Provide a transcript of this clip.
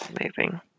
Amazing